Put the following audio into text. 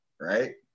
Right